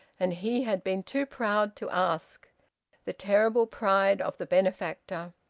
and he had been too proud to ask the terrible pride of the benefactor!